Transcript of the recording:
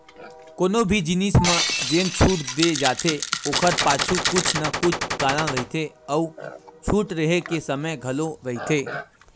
कोनो भी जिनिस म जेन छूट दे जाथे ओखर पाछू कुछु न कुछु कारन रहिथे अउ छूट रेहे के समे घलो रहिथे